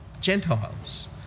Gentiles